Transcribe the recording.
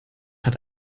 hat